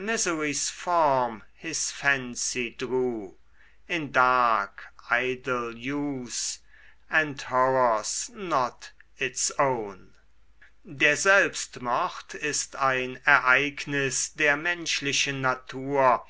der selbstmord ist ein ereignis der menschlichen natur